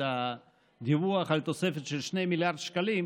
את הדיווח על תוספת של 2 מיליארד שקלים,